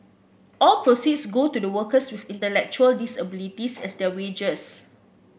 all proceeds go to the workers with intellectual disabilities as their wages